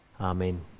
Amen